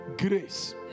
grace